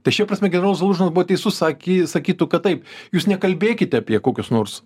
tai šia prasme generolas zalužnas buvo teisus saky sakytų kad taip jūs nekalbėkite apie kokius nors